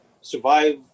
survive